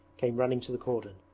came running to the cordon.